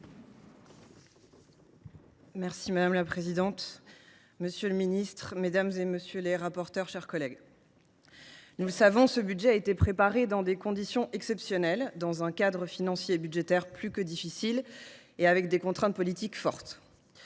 Madame la présidente, monsieur le ministre, mes chers collègues, nous le savons, ce budget a été préparé dans des conditions exceptionnelles, dans un cadre financier et budgétaire plus que difficile et avec des contraintes politiques fortes.